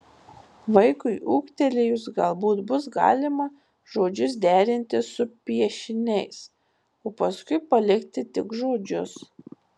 vaikui ūgtelėjus galbūt bus galima žodžius derinti su piešiniais o paskui palikti tik žodžius